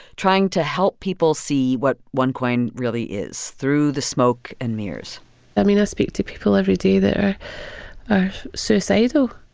trying to help people see what onecoin really is through the smoke and mirrors i mean, i speak to people every day that are suicidal,